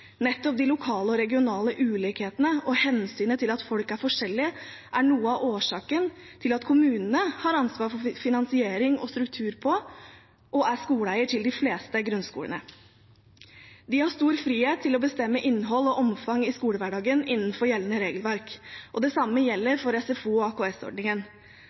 Nettopp de lokale og regionale ulikhetene og hensynet til at folk er forskjellige, er noe av årsaken til at kommunene har ansvaret for finansiering av og struktur på – og er skoleeier til – de fleste grunnskolene. De har stor frihet til å bestemme innhold og omfang i skolehverdagen innenfor gjeldende regelverk, og det samme gjelder for SFO- og